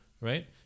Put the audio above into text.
right